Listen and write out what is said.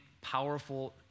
powerful